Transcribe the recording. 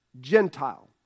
Gentile